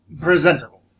presentable